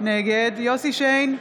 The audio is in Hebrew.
נגד יוסף שיין,